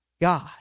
God